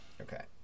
Okay